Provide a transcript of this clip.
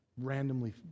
randomly